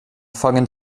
fangen